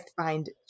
find